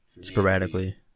sporadically